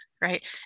Right